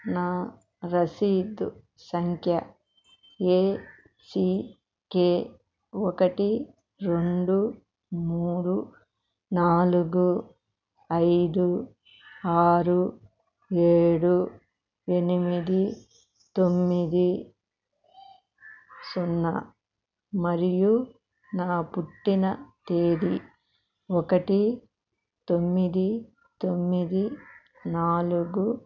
నా రసీదు సంఖ్య ఏసీకే ఒకటి రెండు మూడు నాలుగు ఐదు ఆరు ఏడు ఎనిమిది తొమ్మిది సున్నా మరియు నా పుట్టిన తేదీ ఒకటి తొమ్మిది తొమ్మిది నాలుగు